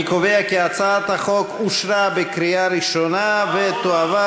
אני קובע כי הצעת החוק אושרה בקריאה ראשונה ותועבר